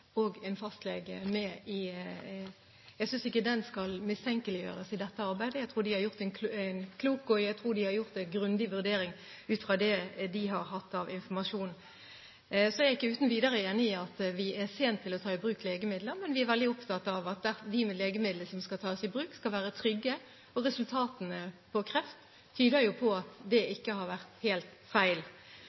og en fastlege. Jeg synes ikke den skal mistenkeliggjøres i dette arbeidet, jeg tror de har gjort en klok og grundig vurdering ut fra det de har hatt av informasjon. Jeg er ikke uten videre enig i at vi er sene til å ta i bruk legemidler, men vi er veldig opptatt av at de legemidlene som skal tas i bruk, skal være trygge. Resultatene for kreft tyder jo på at det ikke har vært helt feil.